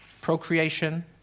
Procreation